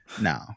No